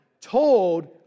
told